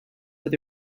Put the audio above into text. with